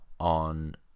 on